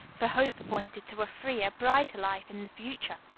for hope pointed to a freer, brighter life in the future.